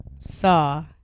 Saw